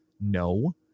No